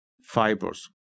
fibers